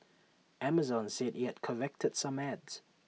Amazon said IT has corrected some ads